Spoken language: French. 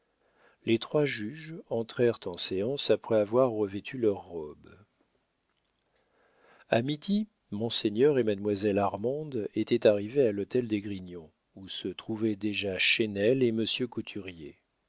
les trois juges entrèrent en séance après avoir revêtu leurs robes a midi monseigneur et mademoiselle armande étaient arrivés à l'hôtel d'esgrignon où se trouvaient déjà chesnel et monsieur couturier